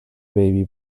baby